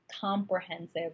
comprehensive